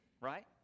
right